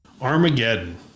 Armageddon